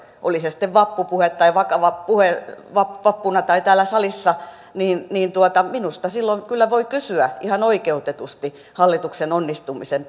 oli se sitten vappupuhe tai vakava puhe vappuna tai täällä salissa niin niin minusta silloin kyllä voi kysyä ihan oikeutetusti hallituksen onnistumisen